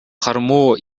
кармоо